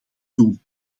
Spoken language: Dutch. doen